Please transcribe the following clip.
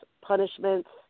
punishments